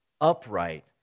upright